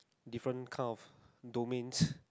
different kind of domains